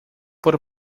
por